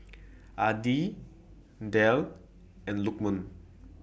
Adi Dhia and Lukman